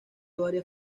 varias